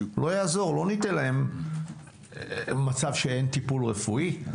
לא ניתן להם מצב שאין טיפול רפואי.